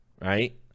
Right